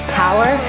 power